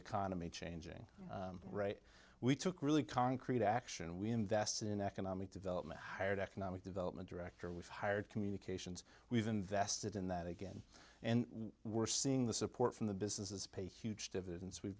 economy changing right we took really concrete action we invested in economic development hired economic development director we've hired communications we've invested in that again and we're seeing the support from the businesses pay huge dividends we